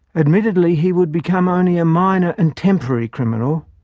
admittedly he would become only a minor and temporary criminal,